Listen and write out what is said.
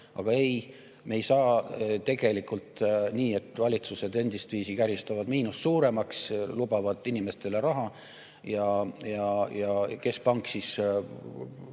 Aga ei, me ei saa tegelikult nii, et valitsused endistviisi käristavad miinust suuremaks, lubavad inimestele raha ja keskpank siis